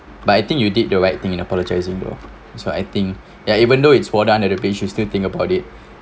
but I think you did the right thing in apologising bro that's what I think ya even though it's all done you still think about it